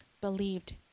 believed